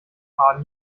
faden